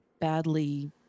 badly